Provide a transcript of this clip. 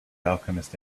alchemist